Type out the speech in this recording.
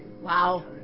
Wow